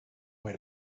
away